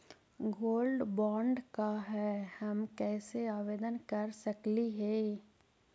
Gold bond का है, हम कैसे आवेदन कर सकली ही?